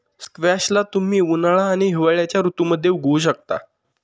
squash ला तुम्ही उन्हाळा आणि हिवाळ्याच्या ऋतूमध्ये उगवु शकता